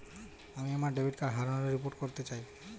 আমি আমার debit card হারানোর রিপোর্ট করতে চাই